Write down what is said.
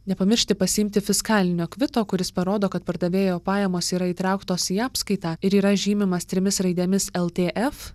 nepamiršti pasiimti fiskalinio kvito kuris parodo kad pardavėjo pajamos yra įtrauktos į apskaitą ir yra žymimos trimis raidėmis ltf